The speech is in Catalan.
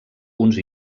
uns